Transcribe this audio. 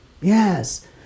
Yes